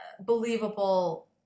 believable